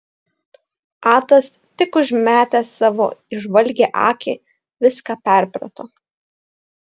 atas tik užmetęs savo įžvalgią akį viską perprato